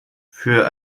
für